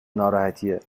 ناراحتیه